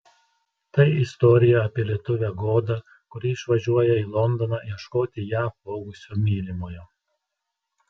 tai istorija apie lietuvę godą kuri išvažiuoja į londoną ieškoti ją apvogusio mylimojo